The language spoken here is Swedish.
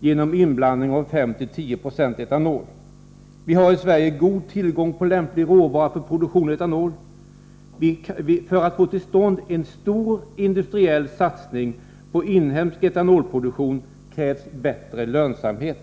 genom inblandning av 5-10 96 etanol. Vi har i Sverige god tillgång på lämplig råvara för produktion av etanol. För att få till stånd en stor industriell satsning på inhemsk etanolproduktion krävs bättre lönsamhet.